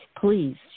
Please